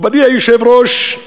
מכובדי היושב-ראש,